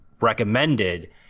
recommended